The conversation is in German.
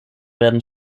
werden